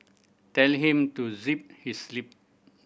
tell him to zip his lip